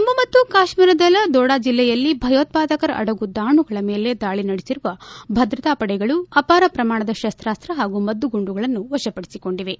ಜಮ್ಮ ಮತ್ತು ಕಾಶ್ಮೀರದಲ್ಲಿ ದೊಡ ಜಿಲ್ಲೆಯಲ್ಲಿ ಭಯೋತ್ವಾದಕರ ಅಡಗುದಾಣಗಳ ಮೇಲೆ ದಾಳಿ ನಡೆಸಿರುವ ಭದ್ರತಾ ಪಡೆಗಳು ಅಪಾರ ಪ್ರಮಾಣದ ಶಸ್ತಸ್ತ ಹಾಗೂ ಮದ್ದುಗುಂಡುಗಳನ್ನು ವಶಪಡಿಸಿಕೊಂಡಿವೆ